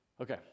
Okay